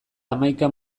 hamaikan